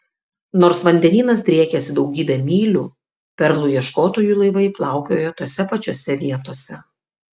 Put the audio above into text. nors vandenynas driekėsi daugybę mylių perlų ieškotojų laivai plaukiojo tose pačiose vietose